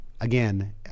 again